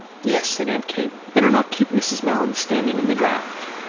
yes, said aunt kate. better not keep mrs. malins standing in the draught.